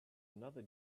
another